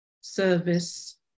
service